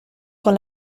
con